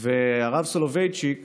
והרב סולובייצ'יק